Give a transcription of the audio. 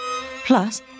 Plus